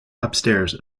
upstairs